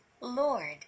Lord